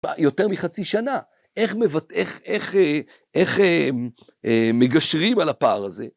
יותר מחצי שנה, איך מגשרים על הפער הזה.